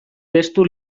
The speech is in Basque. testu